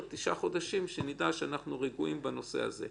כי יהיו תשעה חודשים שנדע שאנחנו רגועים בעניין הזה.